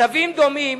צווים דומים